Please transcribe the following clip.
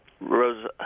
rose